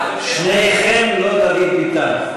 שניכם לא דוד ביטן.